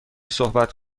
صحبت